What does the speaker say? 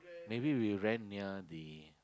maybe we rent near the